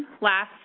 last